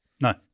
No